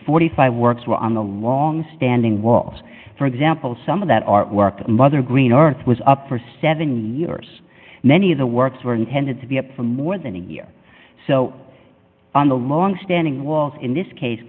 forty five works were on the long standing walls for example some of that artwork mother green earth was up for seven years many of the works were intended to be up for more than a year so on the long standing walls in this case